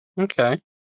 Okay